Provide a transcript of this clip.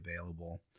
available